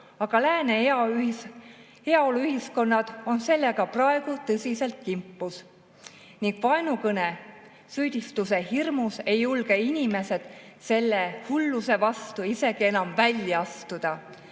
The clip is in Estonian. Lääne heaoluühiskonnad on sellega praegu tõsiselt kimpus. Vaenukõne süüdistuse hirmus ei julge inimesed selle hulluse vastu isegi enam välja astuda.